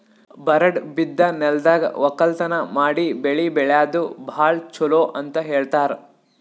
ಬರಡ್ ಬಿದ್ದ ನೆಲ್ದಾಗ ವಕ್ಕಲತನ್ ಮಾಡಿ ಬೆಳಿ ಬೆಳ್ಯಾದು ಭಾಳ್ ಚೊಲೋ ಅಂತ ಹೇಳ್ತಾರ್